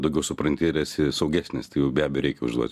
daugiau supranti ir esi saugesnis tai jų be abejo reikia užduot